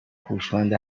هوشمند